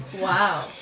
Wow